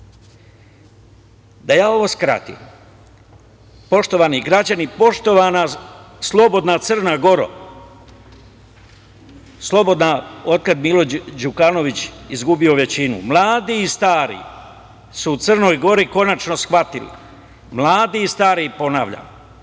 Da ja ovo skratim. Poštovani građani, poštovana slobodna Crna Goro, slobodna od kad je Đukanović izgubio većinu, mladi i stari su u Crnoj Gori konačno shvatili, mladi i stari ponavljam,